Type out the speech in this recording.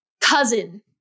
cousin